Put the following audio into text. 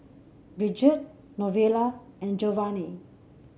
Bridgette Novella and Geovanni